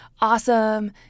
awesome